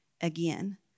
again